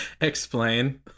Explain